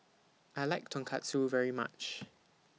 I like Tonkatsu very much